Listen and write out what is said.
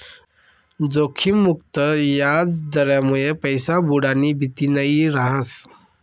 जोखिम मुक्त याजदरमुये पैसा बुडानी भीती नयी रहास